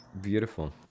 Beautiful